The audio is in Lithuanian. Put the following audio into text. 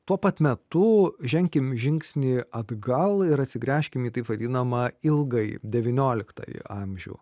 tuo pat metu ženkim žingsnį atgal ir atsigręžkim į taip vadinamą ilgąjį devynioliktąjį amžių